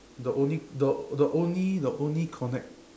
the only the the only the only connect